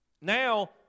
now